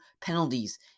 penalties